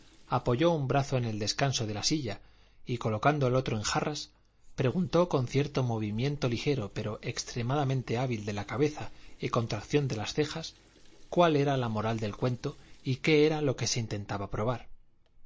apoyó un brazo en el descanso de la silla y colocando el otro en jarras preguntó con cierto movimiento ligero pero extremadamente hábil de la cabeza y contracción de las cejas cuál era la moral del cuento y qué era lo que se intentaba probar